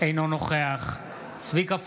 אינו נוכח צביקה פוגל,